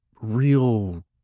real